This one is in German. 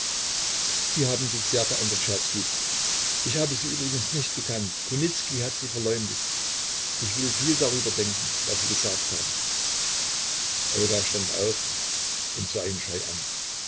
sie haben sich sehr verändert czerski ich habe sie übrigens nicht gekannt kunicki hat sie verleumdet ich will viel darüber denken was sie gesagt haben olga stand auf und sah ihn scheu an